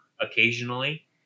occasionally